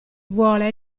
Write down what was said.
vuole